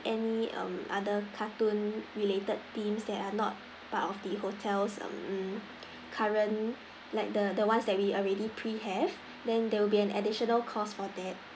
any mm other cartoon related theme that are not part of the hotels mm current like the the one that we already pre have then there would be an additional cost for that